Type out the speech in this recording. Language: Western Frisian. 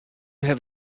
haw